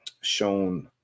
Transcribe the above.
shown